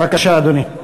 בבקשה, אדוני.